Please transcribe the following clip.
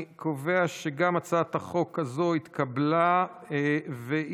הצעת החוק התקבלה בקריאה ראשונה,